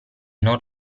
non